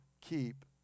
keep